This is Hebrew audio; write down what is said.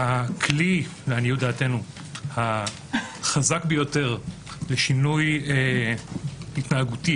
הכלי לעניות דעתנו החזק ביותר לשינוי התנהגותי,